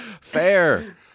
Fair